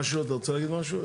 משהו, אתה רוצה להעיר משהו?